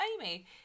Amy